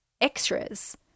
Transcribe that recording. extras